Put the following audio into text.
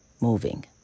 moving